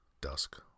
Dusk